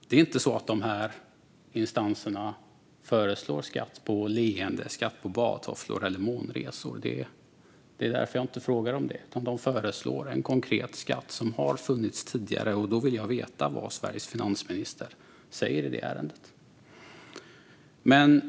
De här instanserna föreslår inte skatt på leenden, badtofflor eller månresor, och det är därför jag inte frågar om det. De föreslår en konkret skatt som har funnits tidigare, och då vill jag veta vad Sveriges finansminister säger i det ärendet.